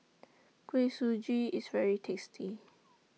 Kuih Suji IS very tasty